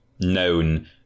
known